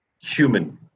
human